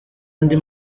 andi